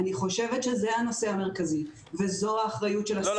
זה הנושא המרכזי וזאת האחריות של השר -- לא,